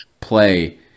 play